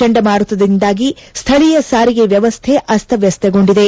ಚಂಡಮಾರುತದಿಂದಾಗಿ ಸ್ಥಳೀಯ ಸಾರಿಗೆ ವ್ಯವಸ್ಟೆ ಅಸ್ತವ್ದಸ್ತಗೊಂಡಿದೆ